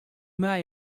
mei